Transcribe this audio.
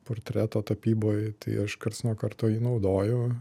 portreto tapyboj tai aš karts nuo karto jį naudoju